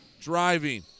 driving